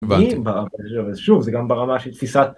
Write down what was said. שוב זה גם ברמה של תפיסת.